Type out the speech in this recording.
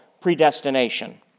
predestination